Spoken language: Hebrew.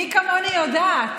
מי כמוני יודעת